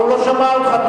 אבל הוא לא שמע אותך.